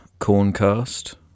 Corncast